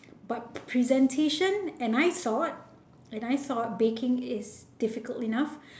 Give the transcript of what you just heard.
but presentation and I thought and I thought baking is difficult enough